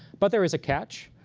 but there is a catch,